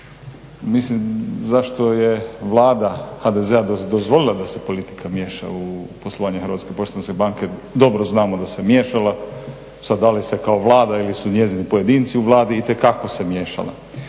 Mislim zašto je Vlada HDZ-a dozvolila da se politika miješa u poslovanje HPB. Dobro znamo da se miješala. Sad da li se kao Vlada ili su njezini pojedinci u Vladi itekako se miješala.